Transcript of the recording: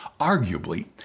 Arguably